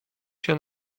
się